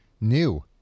new